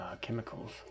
chemicals